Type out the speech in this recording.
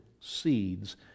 seeds